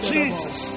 Jesus